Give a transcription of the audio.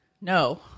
No